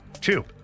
Two